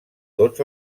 tots